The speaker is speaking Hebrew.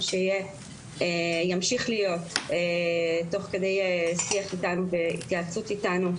שימשיך להיות תוך כדי שיח איתנו והתייעצות איתנו.